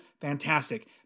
fantastic